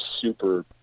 super